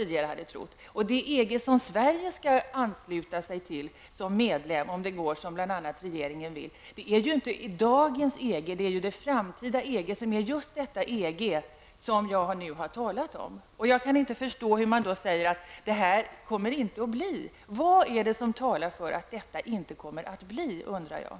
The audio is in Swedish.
Det EG som Sverige skall ansluta sig till som medlem, om det går som bl.a. regeringen vill, är inte dagens EG utan det framtida EG som är just det EG som jag har talat om. Jag kan inte förstå hur detta inte skulle kunna bli verklighet. Vad är det som talar för att detta inte kommer att bli verklighet?